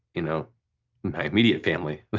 you know my immediate family. ah